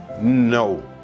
no